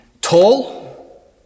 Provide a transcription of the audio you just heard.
tall